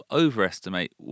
overestimate